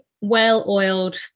well-oiled